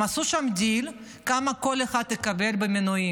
הם עשו שם דיל כמה כל אחד יקבל במינויים.